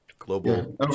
global